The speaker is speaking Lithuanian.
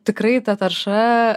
tikrai ta tarša